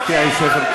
זה יעזור?